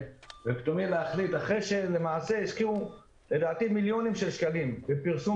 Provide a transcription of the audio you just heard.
ובאופן פתאומי להחליט אחרי שהשקיעו מיליוני שקלים בפרסום